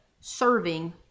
serving